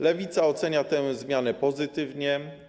Lewica ocenia tę zmianę pozytywnie.